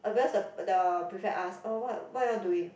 obvious the the prefect ask orh what what you all doing